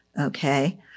okay